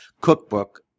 cookbook